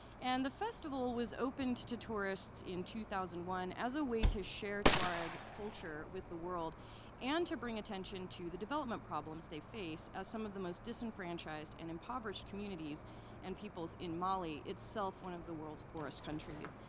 and the festival was opened to tourists in two thousand and one as a way to share tuareg culture with the world and to bring attention to the development problems they face as some of the most disenfranchised and impoverished communities and peoples in mali, itself one of the world's poorest countries.